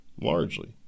largely